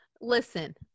listen